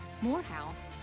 Morehouse